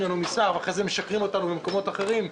לנו מסמך ואחר כך משקרים אותנו במקומות אחרים,